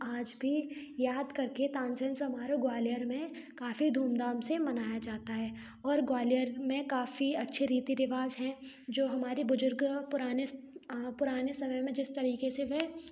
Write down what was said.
आज भी याद करके तानसेन समारोह ग्वालियर में काफी धूमधाम से मनाया जाता है और ग्वालियर में काफी अच्छे रीति रिवाज हैं जो हमारे बुजुर्ग पुराने अ पुराने समय में जिस तरीके से वे